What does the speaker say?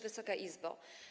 Wysoka Izbo!